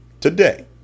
today